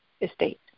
estate